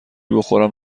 بخورم